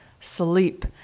sleep